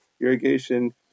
irrigation